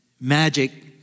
magic